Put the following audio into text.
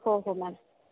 हो हो मॅम